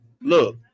Look